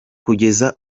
kugeza